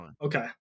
okay